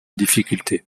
difficultés